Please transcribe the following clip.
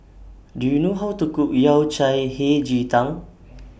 Do YOU know How to Cook Yao Cai Hei Ji Tang